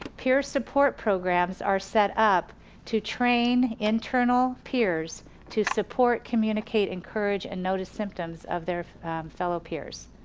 peer support programs are set up to train internal peers to support, communicate, encourage, and notice symptoms of their fellow peers.